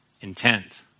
Intent